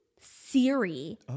Siri